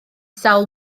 sawl